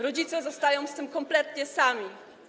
Rodzice zostają z tym kompletnie sami.